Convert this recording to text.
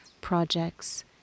projects